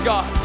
God